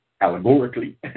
allegorically